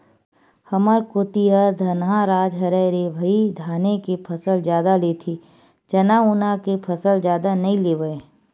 हमर कोती ह धनहा राज हरय रे भई धाने के फसल जादा लेथे चना उना के फसल जादा नइ लेवय